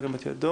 ירים את ידו.